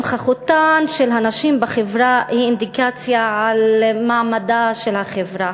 נוכחותן של הנשים בחברה היא אינדיקציה למעמדה של החברה.